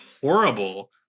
horrible